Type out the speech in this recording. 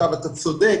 אתה צודק